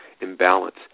imbalance